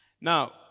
Now